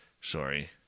Sorry